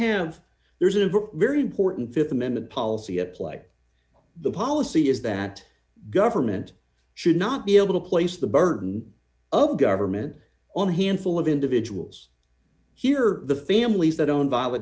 have there's a very important th amendment policy at play the policy is that government should not be able to place the burden of government on handful of individuals here the families that don't buy the